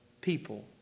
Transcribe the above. people